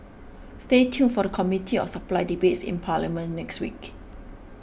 stay tuned for the Committee of Supply debates in parliament next week